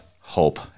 hope